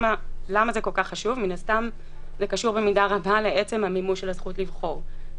זה חשוב כי מן הסתם זה קשור במידה רבה לעצם המימוש של הזכות לבחור.